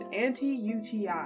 anti-UTI